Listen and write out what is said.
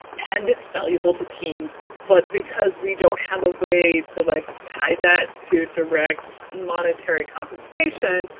and it's valuable to teams, but because we don't have a way to like tie that to direct monetary compensation,